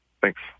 Thanks